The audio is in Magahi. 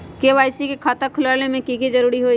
के.वाई.सी के खाता खुलवा में की जरूरी होई?